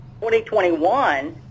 2021